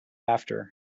after